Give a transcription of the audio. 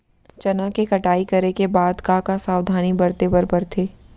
चना के कटाई करे के बाद का का सावधानी बरते बर परथे?